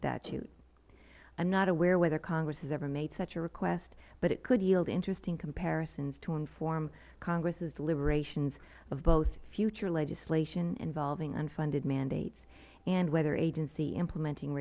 statute i am not aware whether congress has ever made such a request but it could yield interesting comparisons to inform congresss deliberations of both future legislation involving unfunded mandates and whether agency implementing